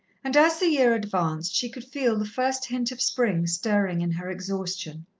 and as the year advanced, she could feel the first hint of spring stirring in her exhaustion.